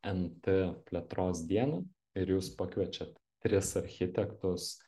nt plėtros dieną ir jūs pakviečiat tris architektus